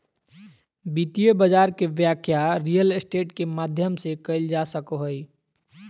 वित्तीय बाजार के व्याख्या रियल स्टेट के माध्यम से कईल जा सको हइ